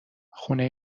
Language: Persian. خونه